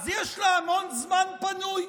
אז יש לה המון זמן פנוי.